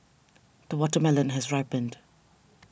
the watermelon has ripened